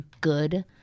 good